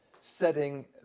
setting